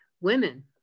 women